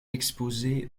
exposée